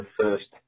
first